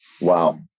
Wow